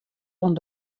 oan